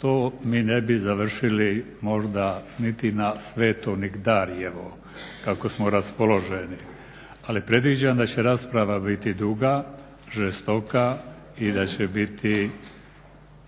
To mi ne bi završili možda niti na sveto nigdarjevo kako smo raspoloženi, ali predviđam da će rasprava biti duga, žestoka i da će biti,